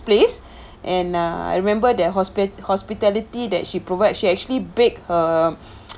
place and uh I remember the hospital~ hospitality that she provide she actually bake uh